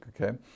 okay